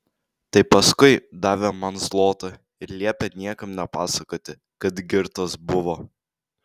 tai paskui davė man zlotą ir liepė niekam nepasakoti kad girtas buvo